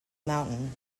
mountain